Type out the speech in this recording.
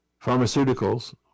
pharmaceuticals